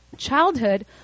Childhood